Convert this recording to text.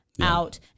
out